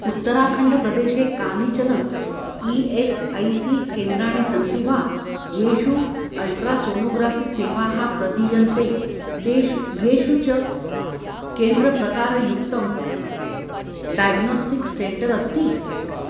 उत्तराखण्डप्रदेशे कानिचन E S I C केन्द्राणि सन्ति वा येषु अल्ट्रासोनोग्राफ़ि सेवाः प्रदीयन्ते तेषु येषु च केन्द्रप्रकारयुक्तं डायग्नोस्टिक्स् सेण्टर् अस्ति